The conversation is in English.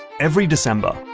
every december,